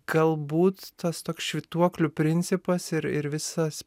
galbūt tas toks švytuoklių principas ir ir visas